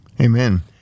Amen